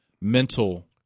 mental